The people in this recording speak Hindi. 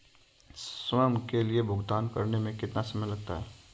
स्वयं के लिए भुगतान करने में कितना समय लगता है?